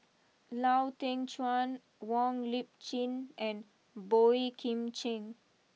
Lau Teng Chuan Wong Lip Chin and Boey Kim Cheng